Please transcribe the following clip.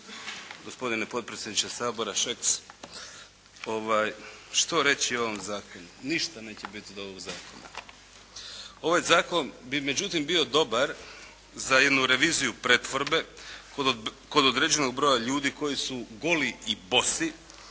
gospodine potpredsjedniče Sabora Šeks. Što reći o ovom zakonu. Ništa neće biti od ovog zakona. Ovaj zakon bi, međutim bio dobar za jednu reviziju pretvorbe kod određenog broja ljudi koji su goli i bosi